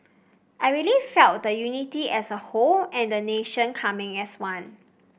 I really felt the unity as a whole and the nation coming as one